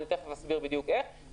בהמשך אני אסביר איך זה נעשה,